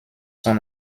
son